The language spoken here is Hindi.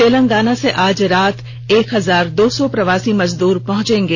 तेलंगाना से आज देर रात एक हजार दो सौ प्रवासी मजदूर पहुंचेगें